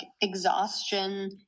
exhaustion